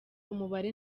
umubare